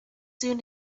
soon